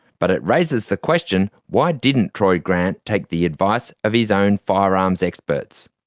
but it raises the question why didn't troy grant take the advice of his own firearms experts?